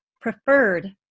preferred